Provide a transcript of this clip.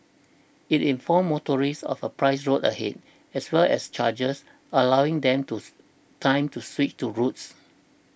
it informs motorists of a priced road ahead as well as charges allowing them tooth time to switch routes